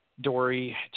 Dory